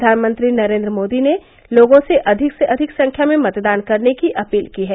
प्रधानमंत्री नरेन्द्र मोदी ने लोगों से अधिक से अधिक से अधिक संख्या में मतदान करने की अपील की है